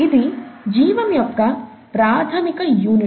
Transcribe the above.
ఇది జీవం యొక్క ప్రాథమిక యూనిట్